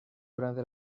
durante